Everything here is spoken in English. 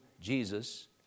Jesus